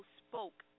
spoke